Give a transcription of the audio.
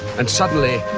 and suddenly,